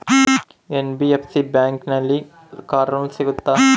NBFC ಬ್ಯಾಂಕಿನಲ್ಲಿ car loan ಸಿಗುತ್ತಾ?